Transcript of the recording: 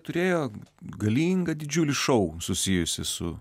turėjo galingą didžiulį šou susijusį su